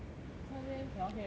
突然间 cannot hear already